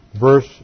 verse